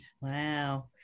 Wow